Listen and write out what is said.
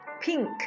pink